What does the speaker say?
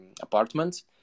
apartment